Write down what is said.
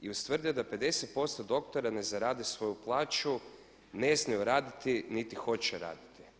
I ustvrdio da 50% doktora ne zaradi svoju plaću, ne smiju raditi niti hoće raditi.